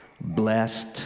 blessed